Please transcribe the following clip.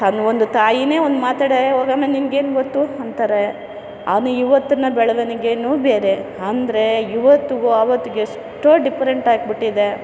ತನ್ನ ಒಂದು ತಾಯಿನೇ ಒನ್ ಮಾತಾಡೇ ಹೋಗಮ್ಮ ನಿನ್ಗೇನು ಗೊತ್ತು ಅಂತಾರೆ ಅವನು ಇವತ್ತನ ಬೆಳವಣಿಗೇನು ಬೇರೆ ಅಂದರೆ ಇವತ್ತಿಗೂ ಆವತ್ತಿಗೆ ಎಷ್ಟೋ ಡಿಫ್ರೆಂಟಾಗ್ಬಿಟ್ಟಿದೆ